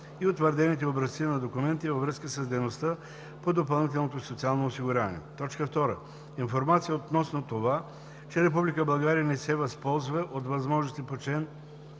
и утвърдените образци на документи във връзка с дейността по допълнителното социално осигуряване; 2. информация относно това, че Република България не се възползва от възможностите по чл.